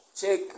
check